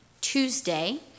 Tuesday